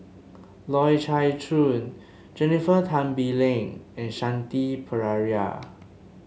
Loy Chye Chuan Jennifer Tan Bee Leng and Shanti Pereira